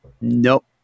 Nope